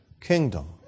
kingdom